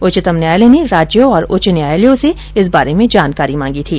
उच्चतम न्यायालय ने राज्यों और उच्च न्यायालयों से इस बारे में जानकारी मांगी थी